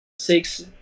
six